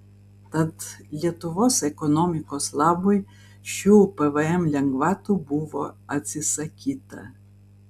tad lietuvos ekonomikos labui šių pvm lengvatų buvo atsisakyta